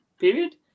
period